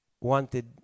wanted